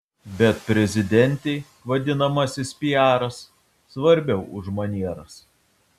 bet prezidentei vadinamasis piaras svarbiau už manieras